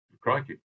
Crikey